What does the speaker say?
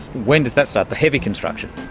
when does that start, the heavy construction?